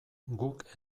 guk